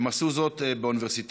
הם עשו זאת באוניברסיטאות,